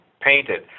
painted